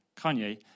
Kanye